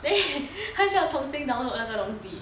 then 还需要重新 download 那个东西